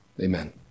Amen